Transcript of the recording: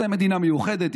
זו מדינה מיוחדת,